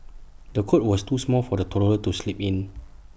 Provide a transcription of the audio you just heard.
the cot was too small for the toddler to sleep in